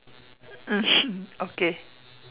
um okay